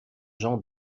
jean